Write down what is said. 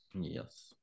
yes